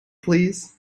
please